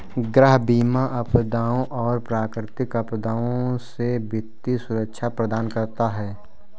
गृह बीमा आपदाओं और प्राकृतिक आपदाओं से वित्तीय सुरक्षा प्रदान करता है